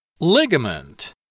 Ligament